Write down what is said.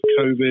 COVID